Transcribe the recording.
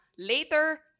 Later